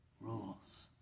rules